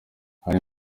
hari